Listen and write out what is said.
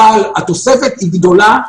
אבל התוספת היא גדולה.